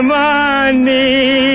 money